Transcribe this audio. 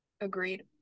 Agreed